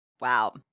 Wow